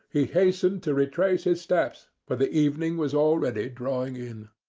he hastened to retrace his steps, for the evening was already drawing in.